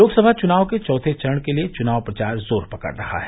लोकसभा चुनाव के चौथे चरण के लिए चुनाव प्रचार जोर पकड़ रहा है